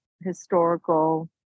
historical